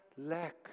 lack